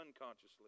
unconsciously